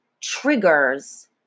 triggers